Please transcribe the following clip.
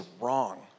wrong